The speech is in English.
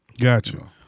Gotcha